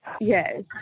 Yes